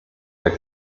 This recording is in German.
der